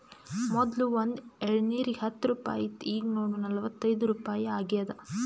ಮೊದ್ಲು ಒಂದ್ ಎಳ್ನೀರಿಗ ಹತ್ತ ರುಪಾಯಿ ಇತ್ತು ಈಗ್ ನೋಡು ನಲ್ವತೈದು ರುಪಾಯಿ ಆಗ್ಯಾದ್